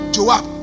Joab